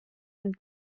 and